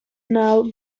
now